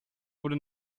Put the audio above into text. wurde